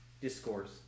discourse